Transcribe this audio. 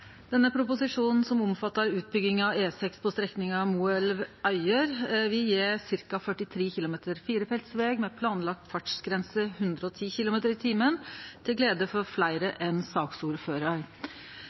Denne proposisjonen, som omfattar utbygging av E6 på strekninga Moelv–Øyer, vil gje ca. 43 km firefeltsveg med planlagd fartsgrense 110 km/t, til glede for fleire